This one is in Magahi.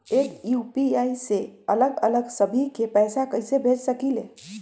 एक यू.पी.आई से अलग अलग सभी के पैसा कईसे भेज सकीले?